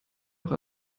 auch